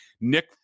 Nick